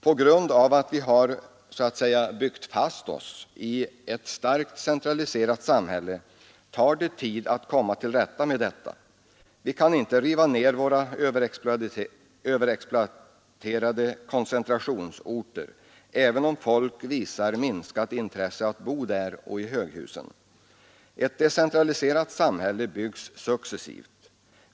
På grund av att vi har så att säga byggt fast oss i ett starkt centraliserat samhälle tar det tid att komma till rätta med detta. Vi kan inte riva ner våra överexploaterade koncentrationsorter, även om folk visar minskat intresse för att bo där och i höghusen. Ett decentraliserat samhälle byggs successivt.